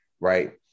right